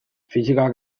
fisikak